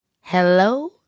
Hello